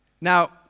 Now